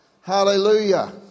Hallelujah